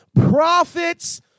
prophets